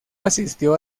asistió